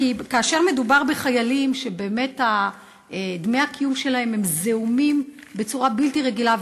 כאשר מדובר בחיילים שדמי הקיום שלהם הם זעומים בצורה בלתי רגילה,